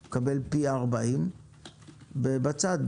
הם מקבלים פי 40. זה בצד,